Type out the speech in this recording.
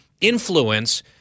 influence